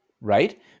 Right